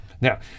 Now